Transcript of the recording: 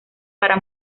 para